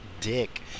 dick